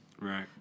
Right